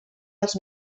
els